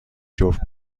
جفت